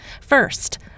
First